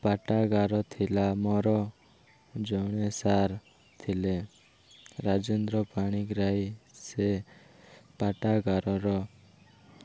ପାଠାଗାର ଥିଲା ମୋର ଜଣେ ସାର୍ ଥିଲେ ରାଜେନ୍ଦ୍ର ପାଣିିଗ୍ରାହୀ ସେ ପାଠାଗାରର